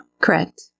Correct